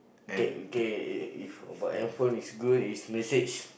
get get whatever is good is message